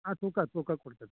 ಹಾಂ ತೂಕಕ್ಕೆ ತೂಕಕ್ಕೆ ಕೊಡ್ತೀನಿ ರೀ